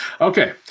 Okay